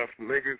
niggas